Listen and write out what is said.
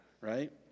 right